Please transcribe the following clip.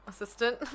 assistant